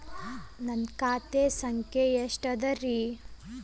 ನನ್ನ ಖಾತೆ ಸಂಖ್ಯೆ ಎಷ್ಟ ಅದರಿ?